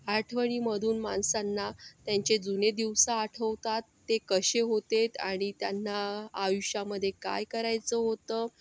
आठवणीमधून माणसांना त्यांचे जुने दिवसं आठवतात ते कसे होतेत आणि त्यांना आयुष्यामध्ये काय करायचं होतं